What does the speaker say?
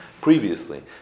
previously